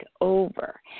over